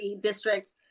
district